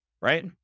right